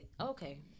Okay